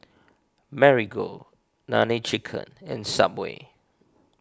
Marigold Nene Chicken and Subway